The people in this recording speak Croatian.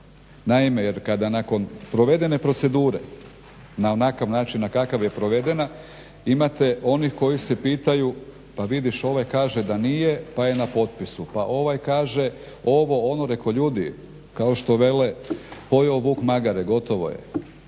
naime jer kada nakon provedene procedure na onakav način na kakav je provedena imate onih koji se pitaju pa vidiš ovaj kaže da nije pa je na potpisu, pa ovaj kaže ovo ono. Rekoh ljudi kao što vele "pojeo vuk magare", gotovo je,